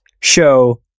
show